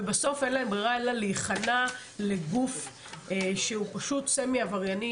ובסוף אין להם ברירה אלא להיכנע לגוף שהוא פשוט סמי-עברייני,